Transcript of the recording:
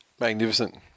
Magnificent